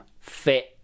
fit